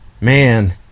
man